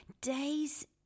days